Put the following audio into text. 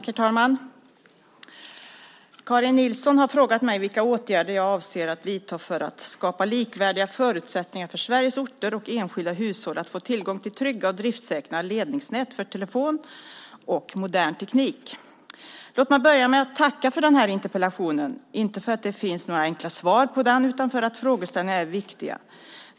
Herr talman! Karin Nilsson har frågat mig vilka åtgärder jag avser att vidta för att skapa likvärdiga förutsättningar för Sveriges orter och enskilda hushåll att få tillgång till trygga och driftssäkra ledningsnät för telefon och modern teknik. Låt mig börja med att tacka för denna interpellation, inte för att det finns några enkla svar på den, utan för att frågeställningarna är viktiga.